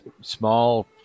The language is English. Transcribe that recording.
Small